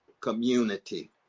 community